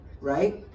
right